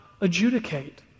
adjudicate